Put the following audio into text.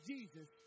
Jesus